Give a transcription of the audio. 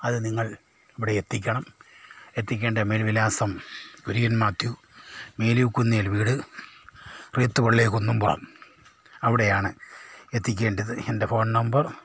അതു നിങ്ങൾ ഇവിടെ എത്തിക്കണം എത്തിക്കേണ്ട മേൽവിലാസം കുര്യൻ മാത്യു മേലിയൂക്കുന്നിൽ വീട് റീത്തു പള്ളിയിൽ കുന്നുമ്പുറം അവിടെയാണ് എത്തിക്കേണ്ടത് എന്റെ ഫോൺ നമ്പർ